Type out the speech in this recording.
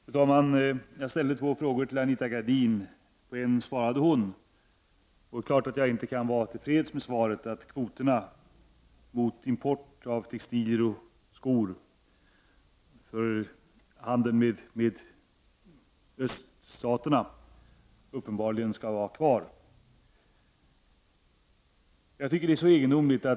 Fru talman! Jag ställde två frågor till Anita Gradin. På en svarade hon. Det är klart att jag inte kan vara till freds med svaret att kvoterna mot import av textilier och skor för handeln med öststaterna uppenbarligen skall vara kvar.